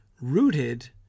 rooted